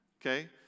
okay